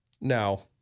Now